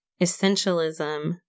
essentialism